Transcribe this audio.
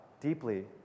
deeply